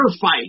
fight